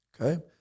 Okay